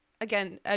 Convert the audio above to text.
Again